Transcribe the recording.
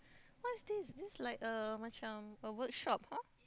what is this this like a macam a workshop hor